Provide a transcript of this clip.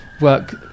work